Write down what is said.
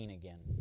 again